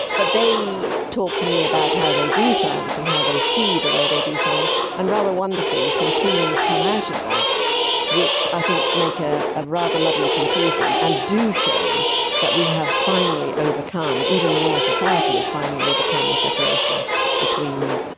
but they talk to me about how they do science and how they see the way they do science, and rather wonderfully some themes come out of that which i think make ah a rather lovely conclusion, and do show that we have finally overcome, even the royal society has finally overcome the separation between,